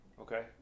okay